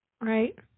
Right